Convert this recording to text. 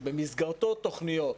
שבמסגרתו תוכניות